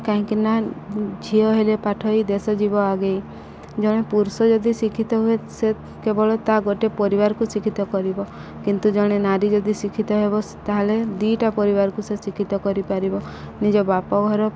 କାହିଁକି ନା ଝିଅ ହେଲେ ପାଠୋଇ ଦେଶ ଯିବ ଆଗେଇ ଜଣେ ପୁରୁଷ ଯଦି ଶିକ୍ଷିତ ହୁଏ ସେ କେବଳ ତା ଗୋଟେ ପରିବାରକୁ ଶିକ୍ଷିତ କରିବ କିନ୍ତୁ ଜଣେ ନାରୀ ଯଦି ଶିକ୍ଷିତ ହେବ ତା'ହେଲେ ଦୁଇଟା ପରିବାରକୁ ସେ ଶିକ୍ଷିତ କରିପାରିବ ନିଜ ବାପ ଘର